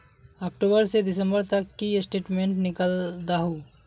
अक्टूबर से दिसंबर तक की स्टेटमेंट निकल दाहू?